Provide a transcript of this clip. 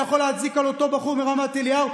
אתה יכול להצדיק לגבי אותו בחור מרמת אליהו,